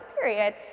period